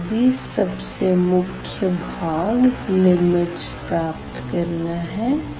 यहाँ भी सबसे मुख्य भाग लिमिट्स प्राप्त करना है